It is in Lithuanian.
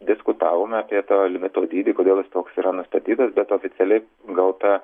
diskutavome apie tą limito dydį kodėl jis toks yra nustatytas bet oficialiai gauta